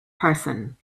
person